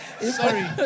Sorry